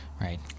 Right